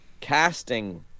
casting